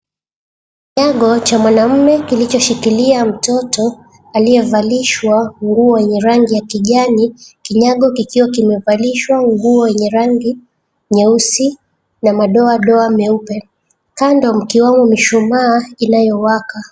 Kinyago cha mwanaume kilicho shikilia mtoto aliyevalishwa nguo yenye rangi ya kijani, kinyago kikiwa kimevalishwa nguo yenye rangi nyeusi na madoadoa meupe, kando mkiwamo mishumaa inayowaka.